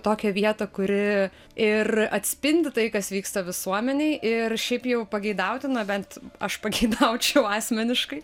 tokią vietą kuri ir atspindi tai kas vyksta visuomenėj ir šiaip jau pageidautina bent aš pageidaučiau asmeniškai